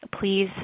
please